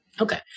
Okay